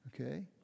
Okay